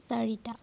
চাৰিটা